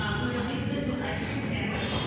um we released this in ice cream sandwich.